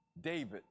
David